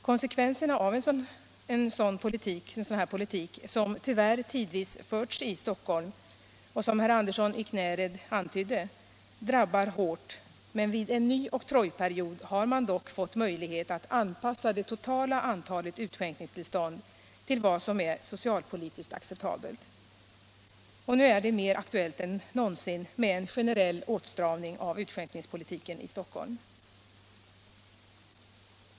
Konsekvenserna av en sådan politik, som tyvärr tidvis förts i Stockholm, som herr Andersson i Knäred antydde, drabbar hårt, men vid en ny oktrojperiod har man dock fått möjlighet att anpassa det totala antalet utskänkningstillstånd till vad som är socialpolitiskt acceptabelt. Och nu är det mer aktuellt än någonsin med en generell åtstramning av utskänkningspolitiken i Stockholm.